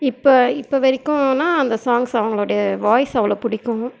இப்போ இப்போ வரைக்குனால் அந்த சாங்ஸ் அவங்களோடைய வாய்ஸ் அவ்வளோ பிடிக்கும்